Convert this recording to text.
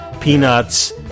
peanuts